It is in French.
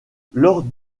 lors